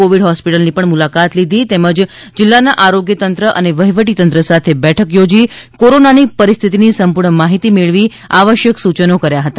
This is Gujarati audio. કોવિડ ફોસ્પિટલની મુલાકાત લીધી તેમજ જિલ્લાના આરોગ્યતંત્ર અને વહીવટીતંત્ર સાથે બેઠક યોજી કોરોના ની પરિસ્થિતિની સંપૂર્ણ માહિતી મેળવી આવશ્યક સૂચનો કર્યા હતા